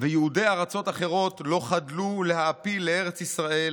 ויהודי ארצות אחרות לא חדלו להעפיל לארץ ישראל,